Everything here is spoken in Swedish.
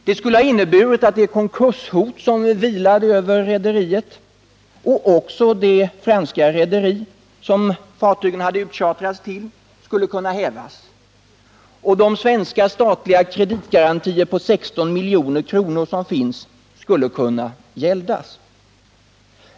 Det skulle ha inneburit att det konkurshot som vilar över rederiet, och också över det franska rederi som fartygen hade utchartrats till, skulle kunna hävas och de svenska statliga kreditgarantierna på 16 milj.kr. kunna gäldas.